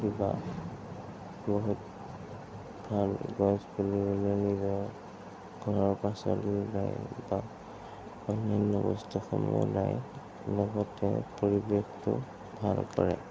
বহুত ভাল গছ পুলি ৰুলে নিজৰ ঘৰৰ পাচলি বা অন্যান্য বস্তুসমূহ নাই লগতে পৰিৱেশটোও ভাল কৰে